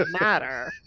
matter